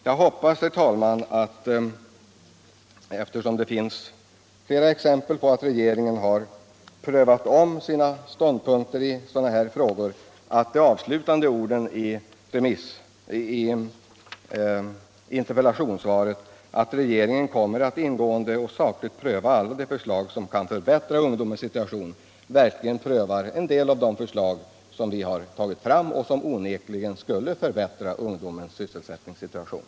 Jag hoppas, herr talman, att man, eftersom det finns flera exempel på att regeringen har omprövat sina ståndpunkter och anslutit sig till våra förslag i sådana här frågor, gör realitet av de avslutande orden i interpellationssvaret, nämligen att regeringen ”kommer att ingående och sakligt pröva alla de förslag som kan förbättra ungdomens situation”. Alltså att regeringen verkligen prövar vissa av de förslag som vi har framlagt och som onekligen skulle förbättra ungdomens sysselsättningssituation.